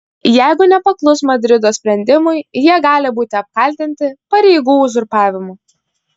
jeigu nepaklus madrido sprendimui jie gali būti apkaltinti pareigų uzurpavimu